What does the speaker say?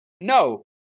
No